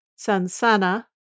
Sansana